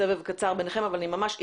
בסבב קצר ביניכם אבל אני מבקשת,